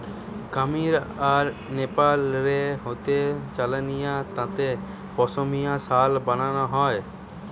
কামীর আর নেপাল রে হাতে চালানিয়া তাঁতে পশমিনা শাল বানানা হয়